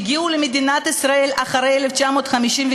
שהגיעו למדינת ישראל אחרי 1953,